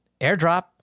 airdrop